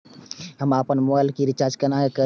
हम आपन मोबाइल के रिचार्ज केना करिए?